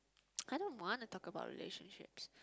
I don't want to talk about relationships